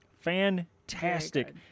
fantastic